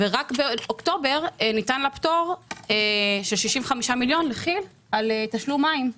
רק באוקטובר ניתן לה פטור של 65 מיליון לכי"ל על תשלום מים מהמדינה.